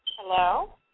Hello